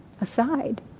aside